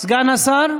סגן השר?